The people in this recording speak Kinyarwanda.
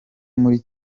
muri